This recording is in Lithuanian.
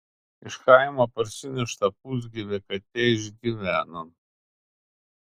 iš kaimo parsinešta pusgyvė katė išgyveno